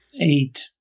Eight